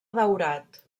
daurat